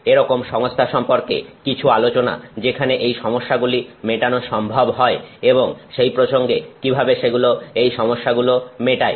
এরকম সংস্থা সম্পর্কে কিছু আলোচনা যেখানে এই সমস্যাগুলি মেটানো সম্ভব হয় এবং সেই প্রসঙ্গে কিভাবে সেগুলো এই সমস্যাগুলো মেটায়